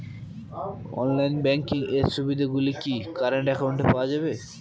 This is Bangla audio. অনলাইন ব্যাংকিং এর সুবিধে গুলি কি কারেন্ট অ্যাকাউন্টে পাওয়া যাবে?